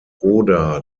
oda